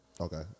Okay